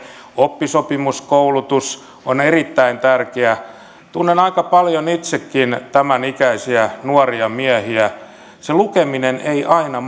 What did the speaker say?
oppisopimuskoulutus on erittäin tärkeä tunnen aika paljon itsekin tämän ikäisiä nuoria miehiä se lukeminen ei aina